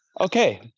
okay